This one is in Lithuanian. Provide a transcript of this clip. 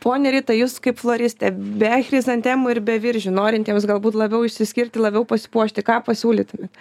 ponia rita jus kaip floristinė be chrizantemų ir be viržių norintiems galbūt labiau išsiskirti labiau pasipuošti ką pasiūlytumėt